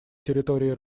территории